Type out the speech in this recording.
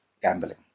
gambling